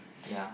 ya